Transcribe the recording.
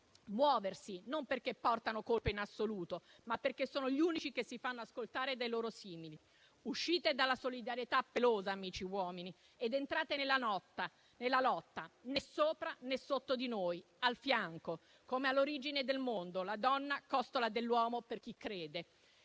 muoversi, e non perché portino colpe in assoluto, ma perché sono gli unici che si fanno ascoltare dai loro simili. Uscite dalla solidarietà pelosa, amici uomini, ed entrate nella lotta: né sopra né sotto di noi, ma al fianco, come all'origine del mondo, la donna costola dell'uomo per chi crede.